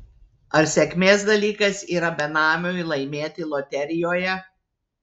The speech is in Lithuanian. ar sėkmės dalykas yra benamiui laimėti loterijoje